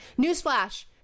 newsflash